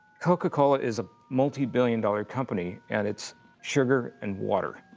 coca-cola is a multi-billion dollar company. and it's sugar and water.